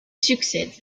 succède